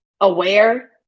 aware